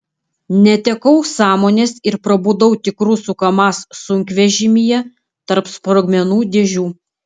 netekau sąmonės ir prabudau tik rusų kamaz sunkvežimyje tarp sprogmenų dėžių